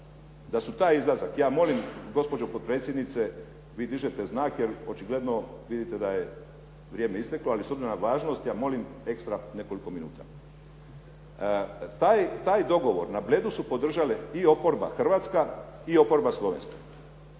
Da su taj izlazak, ja molim gospođo potpredsjednice vi dižete znak jer očigledno vidite da je vrijeme isteklo, ali s obzirom na važnost ja molim extra nekoliko minuta. Taj dogovor na Bledu su podržale i oporba hrvatska i oporba slovenska.